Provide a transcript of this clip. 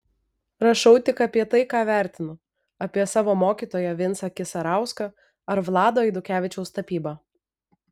rašau tik apie tai ką vertinu apie savo mokytoją vincą kisarauską ar vlado eidukevičiaus tapybą